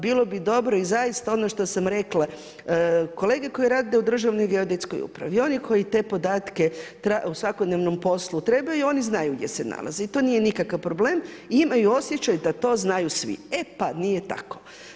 Bilo bi dobro i zaista ono što sam rekla kolege koje rade u Državnoj geodetskoj upravi i oni koji te podatke u svakodnevnom poslu trebaju oni znaju gdje se nalazi i to nije nikakav problem, imaju osjećaj da to znaju svi. e pa nije tako.